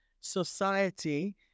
society